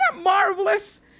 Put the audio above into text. marvelous